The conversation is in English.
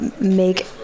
make